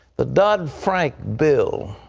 the dodd-frank bill.